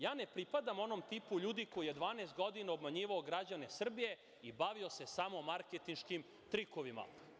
Ja ne pripadam onom tipu ljudi koji je 12 godina obmanjivao građane Srbije i bavio se samo marketinškim trikovima“